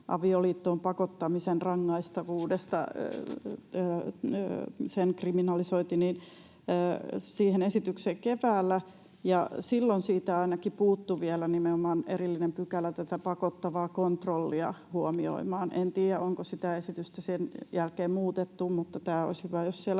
avioliittoon pakottamisen rangaistavuuden, kriminalisoinnin esitys — keväällä, ja silloin siitä ainakin puuttui vielä nimenomaan erillinen pykälä tätä pakottavaa kontrollia huomioimaan. En tiedä, onko sitä esitystä sen jälkeen muutettu, mutta olisi hyvä, jos siellä